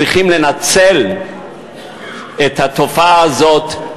צריכים לנצל את התופעה הזאת,